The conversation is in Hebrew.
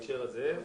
הכנסת.